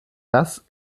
das